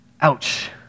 Ouch